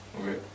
Okay